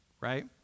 Right